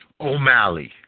O'Malley